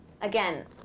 again